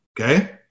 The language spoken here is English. Okay